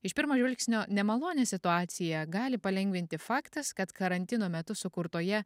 iš pirmo žvilgsnio nemalonią situaciją gali palengvinti faktas kad karantino metu sukurtoje